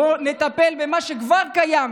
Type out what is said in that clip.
בואו נטפל במה שכבר קיים.